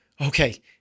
okay